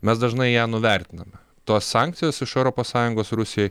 mes dažnai ją nuvertiname tos sankcijos iš europos sąjungos rusijai